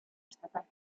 estatal